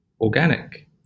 organic